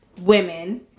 women